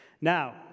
Now